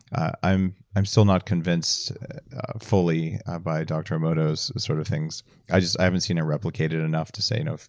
i'm i'm still not convinced fully by dr. emoto's sort of things. i just i haven't seen it replicated enough to say no.